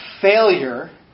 failure